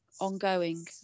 ongoing